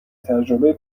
تجربه